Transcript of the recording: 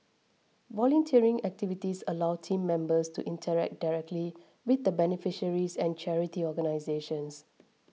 volunteering activities allow team members to interact directly with the beneficiaries and charity organisations